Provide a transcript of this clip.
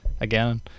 again